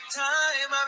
time